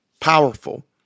powerful